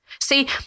See